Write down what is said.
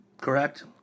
correct